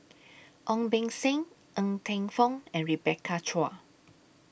Ong Beng Seng Ng Teng Fong and Rebecca Chua